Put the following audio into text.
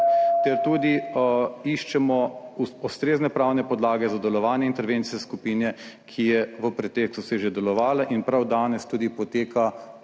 ter tudi iščemo ustrezne pravne podlage za delovanje intervencijske skupine, ki je v preteklosti že delovala in prav danes tudi poteka